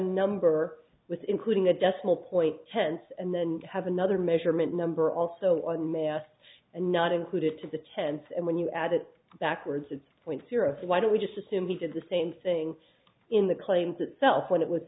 number with including a decimal point tense and then have another measurement number also on may last and not included to the tenth and when you add it backwards it's point zero why don't we just assume he did the same thing in the claims itself when it was